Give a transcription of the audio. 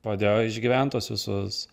padėjo išgyvent tuos visus